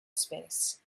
space